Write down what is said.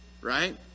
right